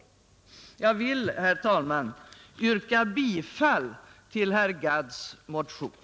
Jag yrkar alltså, herr talman, bifall till herr Gadds motion.